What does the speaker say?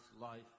life